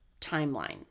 timeline